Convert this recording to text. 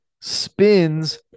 spins